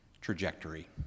trajectory